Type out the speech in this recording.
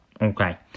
Okay